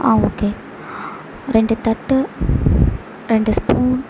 okay ரெண்டு தட்டு ரெண்டு ஸ்பூன்